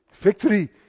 victory